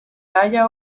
halla